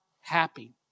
happy